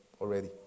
already